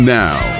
now